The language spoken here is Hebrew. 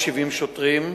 470 שוטרים,